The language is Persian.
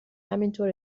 همینطور